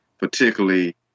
particularly